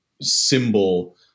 symbol